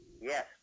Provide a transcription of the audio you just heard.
Yes